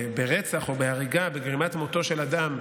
ברצח או בהריגה או בגרימת מותו של אדם,